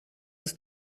ist